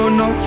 no